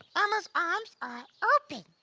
elmo's arms are open.